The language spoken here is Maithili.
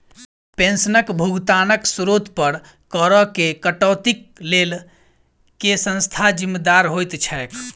पेंशनक भुगतानक स्त्रोत पर करऽ केँ कटौतीक लेल केँ संस्था जिम्मेदार होइत छैक?